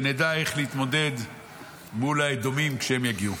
שנדע איך להתמודד מול האדומים כשהם יגיעו,